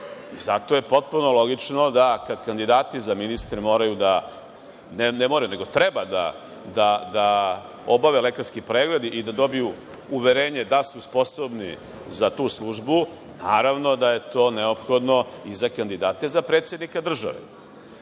Zato je potpuno logično da kada kandidati za ministre moraju da, u stvari ne moraju, nego trebaju da obave lekarski pregled i da dobiju uverenje da su sposobni za tu službu, naravno da je to neophodno i za kandidate za predsednika države. Pravo